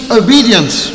obedience